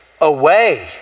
away